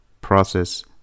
process